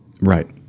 Right